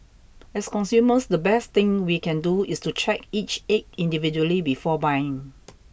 as consumers the best thing we can do is to check each egg individually before buying